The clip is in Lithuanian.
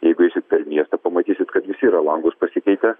jeigu eisit per miestą pamatysit kad visi yra langus pasikeitę